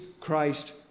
christ